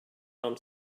armed